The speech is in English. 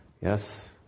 Yes